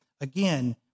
Again